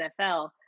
NFL